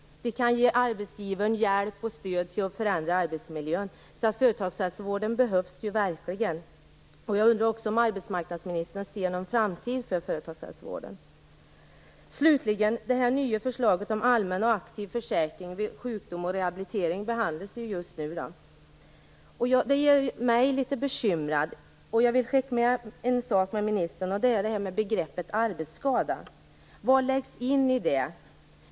Man kan ge arbetsgivaren stöd och hjälp till att förändra arbetsmiljön. Företagshälsovården behövs verkligen. Jag undrar också om arbetsmarknadsministern ser någon framtid för företagshälsovården. Slutligen: Det nya förslaget om allmän och aktiv försäkring vid sjukdom och rehabilitering behandlas just nu. Det finns en sak som gör mig bekymrad och som jag vill skicka med ministern, och det gäller begreppet arbetsskada. Vad läggs in i detta?